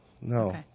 no